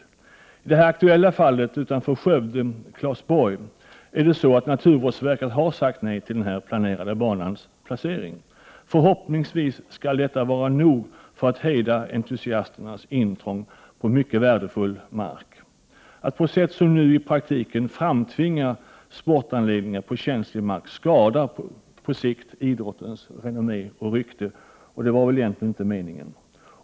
När det gäller det aktuella fallet utanför Skövde, Clasborg, har naturvårdsverket sagt nej till den planerade banans placering. Förhoppningsvis skall det räcka för att hejda entusiasternas intrång på mycket värdefull mark. Att man på sätt som nu sker i praktiken framtvingar sportanläggningar på känslig mark skadar på sikt idrottens renommé och rykte. Det var väl egentligen inte meningen.